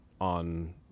on